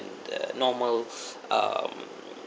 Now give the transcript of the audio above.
and the normal um